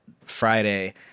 Friday